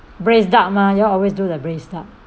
braised duck mah y'all always do the braised duck